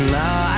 now